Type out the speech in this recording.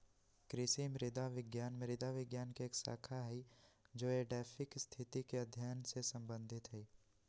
कृषि मृदा विज्ञान मृदा विज्ञान के एक शाखा हई जो एडैफिक स्थिति के अध्ययन से संबंधित हई